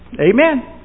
Amen